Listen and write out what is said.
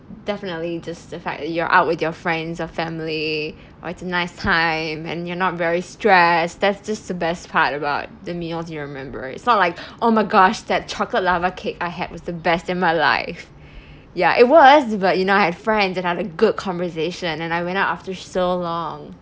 definitely just the fact that you're out with your friends or family or it's a nice time and you're not very stressed that's just the best part about the meals you remember it's not like oh my gosh that chocolate lava cake I had was the best in my life ya it was but you know I had friends and I had a good conversation and I went out after so long